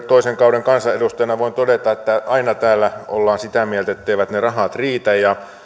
toisen kauden kansanedustajana voin todeta että aina täällä ollaan sitä mieltä etteivät ne rahat riitä ja